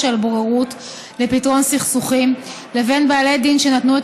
על בוררות לפתרון סכסוכים לבין בעלי דין שנתנו את